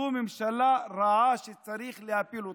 זו ממשלה רעה שצריך להפיל אותה.